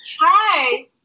Hi